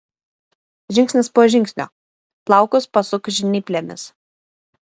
žingsnis po žingsnio plaukus pasuk žnyplėmis